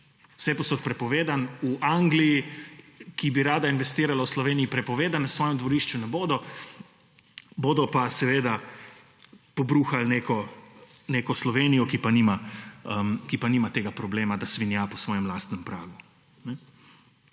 Vsepovsod prepovedan, v Angliji, ki bi rada investirala v Sloveniji, prepovedan – na svojem dvorišču ne bodo –, bodo pa seveda pobruhali neko Slovenijo, ki pa nima tega problema, da svinja po svojem lastnem pragu.